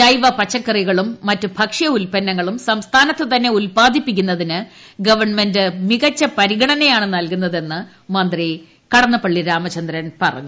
ജൈവ പച്ചക്കറികളും മറ്റ് ഭക്ഷ് ഉൽപന്നങ്ങളും സംസ്ഥാനത്ത് തന്നെ ഉൽപാദിപ്പിക്കുന്നതിന് ഗവൺമെന്റ് പരിഗണനയാണ് നൽകുന്നതെന്ന് മികച്ച മന്ത്രി കടന്നപ്പള്ളി രാമചന്ദ്രൻ പറഞ്ഞു